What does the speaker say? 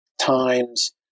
times